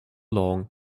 long